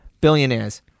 Billionaires